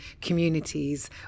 communities